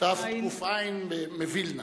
תק"ע מווילנה.